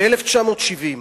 ב-1970,